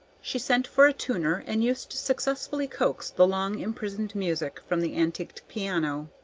she sent for a tuner, and used to successfully coax the long-imprisoned music from the antiquated piano,